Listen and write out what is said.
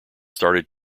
started